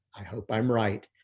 i hope i'm right,